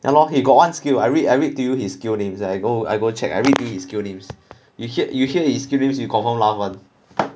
ya lor he got one skill I read I read to you his skill names I go I go check I read to you his skill names you hear you hear his skill names you confirm laugh [one]